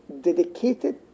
dedicated